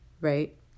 right